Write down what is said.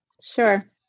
Sure